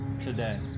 today